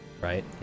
Right